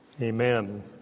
Amen